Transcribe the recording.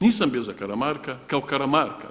Nisam bio za Karamarka kao Karamarka.